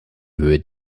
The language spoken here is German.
höhe